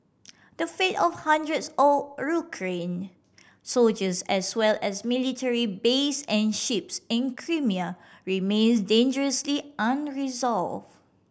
the fate of hundreds of soldiers as well as military base and ships in Crimea remains dangerously unresolved